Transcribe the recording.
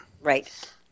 Right